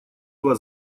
два